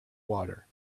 water